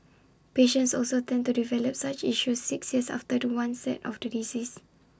patients also tend to develop such issues six years after The One set of the disease